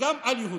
וגם על יהודים,